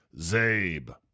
Zabe